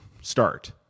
start